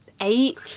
eight